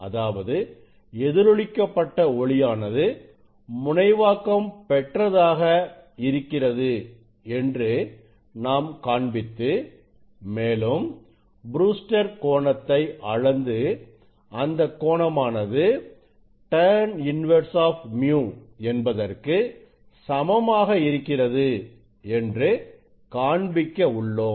அதாவது எதிரொளிக்கப்பட்ட ஒளியானது முனைவாக்கம் பெற்றதாக இருக்கிறது என்று நாம் காண்பித்து மேலும் ப்ரூஸ்டர் கோணத்தை அளந்து அந்த கோணமானது tan 1µ என்பதற்கு சமமாக இருக்கிறது என்று காண்பிக்க உள்ளோம்